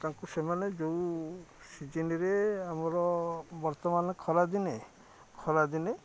ତାକୁ ସେମାନେ ଯେଉଁ ସିଜିିନରେ ଆମର ବର୍ତ୍ତମାନ ଖରାଦିନେ ଖରାଦିନେ